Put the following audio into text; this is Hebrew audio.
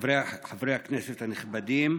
חברי הכנסת הנכבדים,